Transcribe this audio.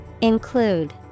Include